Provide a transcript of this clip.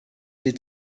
sie